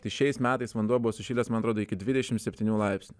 tai šiais metais vanduo bus sušilęs man atrodo iki dvidešimt septynių laipsnių